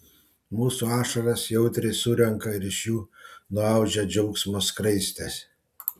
mūsų ašaras jautriai surenka ir iš jų nuaudžia džiaugsmo skraistes